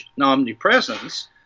omnipresence